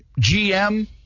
GM